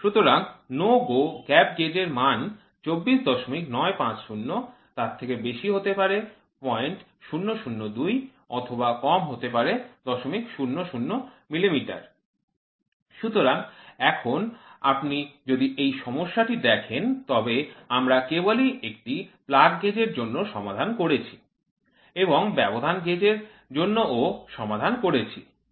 সুতরাং No Go Gap Gauge এর মান ২৪৯৫০ ০০০০০০০২ মিমি সুতরাং এখন আপনি যদি এই সমস্যাটি দেখেন তবে আমরা কেবলই একটি plug gauge এর জন্য সমাধান করেছি এবং ব্যবধান গেজ এর জন্যও সমাধান করেছি